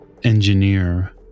Engineer